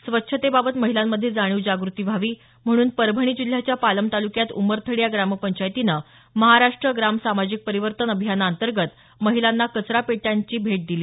स्वच्छतेबाबत महिलांमध्ये जाणीव जागृती व्हावी म्हणून परभणी जिल्ह्याच्या पालम तालुक्यात उमरथडी या ग्रामपंचायतीनं महाराष्ट्र ग्राम सामाजिक परिवर्तन अभियान अंतर्गत महिलांना कचरा पेट्यांची भेट दिली